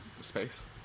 space